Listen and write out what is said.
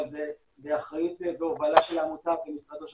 אבל זה באחריות ובהובלה של העמותה במשרד ראש